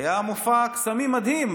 היה מופע קסמים מדהים,